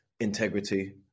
integrity